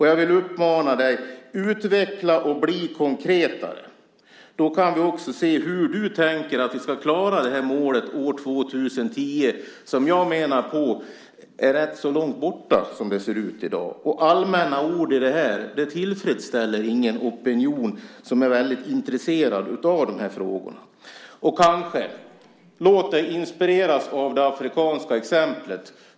Jag vill uppmana dig att utveckla och bli konkretare. Då kan vi också se hur du tänker att vi till år 2010 ska klara det här målet. Jag menar att det är rätt så långt borta som det ser ut i dag. Allmänna ord tillfredsställer ingen opinion som är väldigt intresserad av de här frågorna. Låt dig inspireras av det afrikanska exemplet.